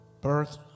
birth